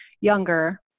younger